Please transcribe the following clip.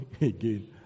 again